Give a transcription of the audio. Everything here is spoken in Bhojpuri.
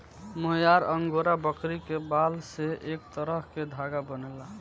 मोहयार अंगोरा बकरी के बाल से एक तरह के धागा बनेला